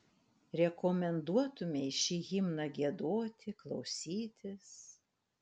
rekomenduotumei šį himną giedoti klausytis